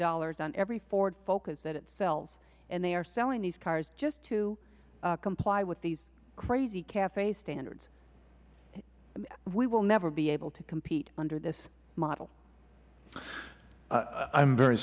dollars on every ford focus that it sells and they are selling these cars just to comply with these crazy cafe standards we will never be able to compete under this model